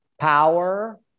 power